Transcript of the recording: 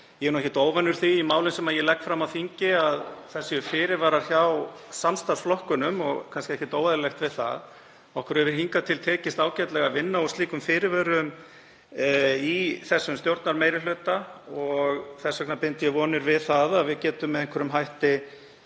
Ég er ekki óvanur því í málum sem ég legg fram á þingi að það séu fyrirvarar hjá samstarfsflokkunum og kannski ekkert óeðlilegt við það. Okkur hefur hingað til tekist ágætlega að vinna úr slíkum fyrirvörum í þessum stjórnarmeirihluta og þess vegna bind ég vonir við að við getum með einhverjum hætti